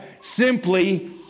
simply